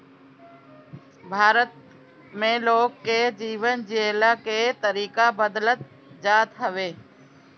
भारत में लोग के जीवन जियला के तरीका बदलत जात हवे